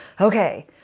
Okay